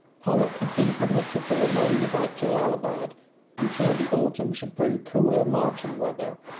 pollock had been permitted to remain about jellalabad until the autumn should bring cooler marching weather.